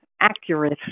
accurate